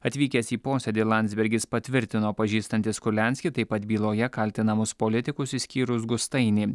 atvykęs į posėdį landsbergis patvirtino pažįstantis kurlianskį taip pat byloje kaltinamus politikus išskyrus gustainį